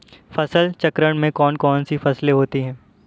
फसल चक्रण में कौन कौन सी फसलें होती हैं?